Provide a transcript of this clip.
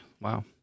Wow